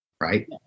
right